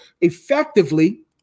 effectively